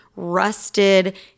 rusted